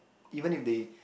even if they